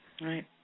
Right